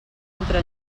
entra